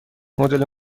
مدل